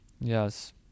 Yes